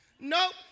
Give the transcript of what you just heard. Nope